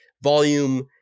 volume